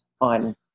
on